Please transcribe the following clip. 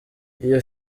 iyo